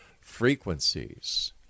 frequencies